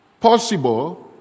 possible